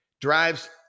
drives